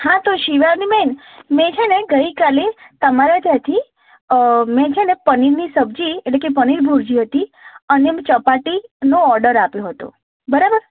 હા તો શિવાનીબેન મેં છે ને ગઇકાલે તમારા ત્યાંથી મેં છે ને પનીરની સબ્જી એટલે કે પનીર ભુરજી હતી અને બ ચપાટીનો ઓર્ડર આપ્યો હતો બરાબર